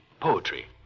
Poetry